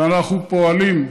ואנחנו פועלים,